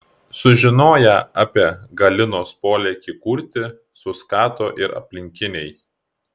sužinoję apie galinos polėkį kurti suskato ir aplinkiniai